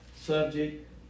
subject